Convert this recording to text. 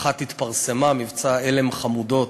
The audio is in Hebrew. אחד מהם התפרסם, מבצע "עלם חמודות",